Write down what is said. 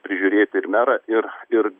prižiūrėti ir merą ir ir